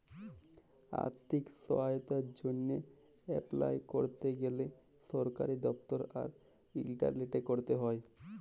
আথ্থিক সহায়তার জ্যনহে এপলাই ক্যরতে গ্যালে সরকারি দপ্তর আর ইলটারলেটে ক্যরতে হ্যয়